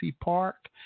Park